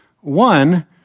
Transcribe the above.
One